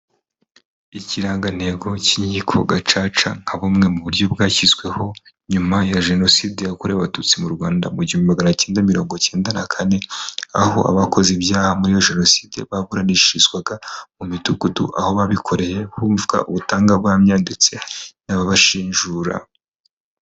Ikirangantego cy'inkiko gacaca nka bumwe mu buryo bwashyizweho nyuma ya jenoside yakorewe abatutsi mu Rwanda mu gihumbi magana acyenda na mirongo icyenda na kane aho abakoze ibyaha muri jenoside baburanishirizwaga mu midugudu aho babikoreye bumva ubutangabuhamya ndetse n'ababashinjura.